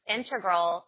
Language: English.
integral